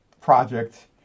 project